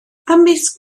ymysg